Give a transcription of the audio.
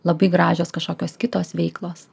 labai gražios kažkokios kitos veiklos